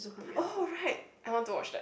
oh right I want to watch that